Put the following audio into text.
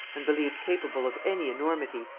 and believed capable of any enormity,